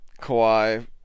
Kawhi